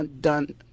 done